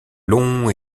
long